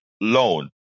loan